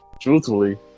Truthfully